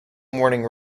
morning